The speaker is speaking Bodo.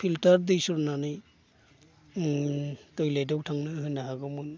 फिल्टार दै सरनानै ओम टयलेटआव थांनो होनो हागौमोन